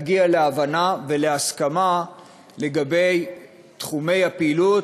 להגיע להבנה ולהסכמה לגבי תחומי הפעילות